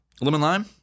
Lemon-lime